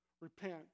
repent